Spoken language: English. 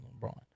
LeBron